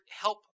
help